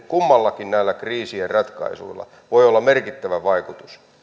kummankin näiden kriisien ratkaisulla voi olla merkittävä vaikutus